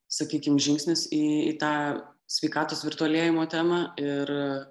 sakykim žingsnis į į tą sveikatos virtualėjimo temą ir